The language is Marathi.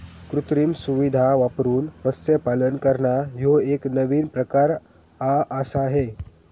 कृत्रिम सुविधां वापरून मत्स्यपालन करना ह्यो एक नवीन प्रकार आआसा हे